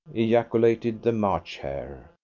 ejaculated the march hare.